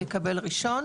יקבל ראשון,